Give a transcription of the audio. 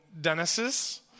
Dennis's